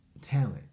talent